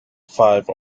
five